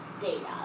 data